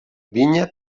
vinya